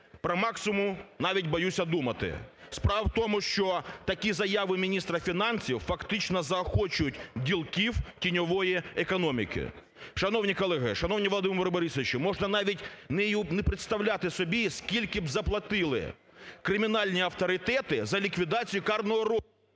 про максимум навіть боюся думати. Справа в тому, що такі заяви міністра фінансів фактично заохочують ділків тіньової економіки. Шановні колеги, шановний Володимире Борисовичу, можна навіть не представляти собі, скільки б заплатили кримінальні авторитети за ліквідацію карного розшуку…